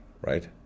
right